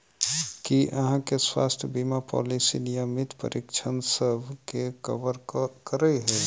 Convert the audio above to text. की अहाँ केँ स्वास्थ्य बीमा पॉलिसी नियमित परीक्षणसभ केँ कवर करे है?